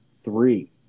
Three